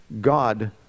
God